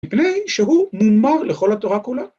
‫מפני שהוא מומר לכל התורה כולה.